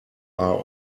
are